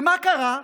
ומה קרה?